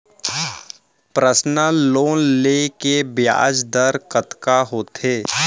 Personal loan ले के ब्याज दर कतका होथे?